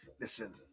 Listen